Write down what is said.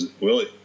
Willie